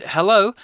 Hello